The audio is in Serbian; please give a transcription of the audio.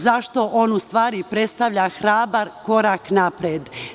Zašto on u stvari predstavlja hrabar korak napred?